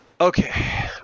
Okay